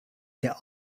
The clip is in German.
der